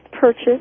purchase